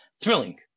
thrilling